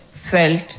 felt